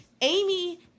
Amy